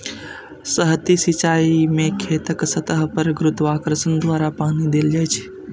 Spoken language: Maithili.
सतही सिंचाइ मे खेतक सतह पर गुरुत्वाकर्षण द्वारा पानि देल जाइ छै